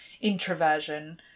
introversion